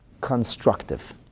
constructive